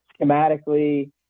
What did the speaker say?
schematically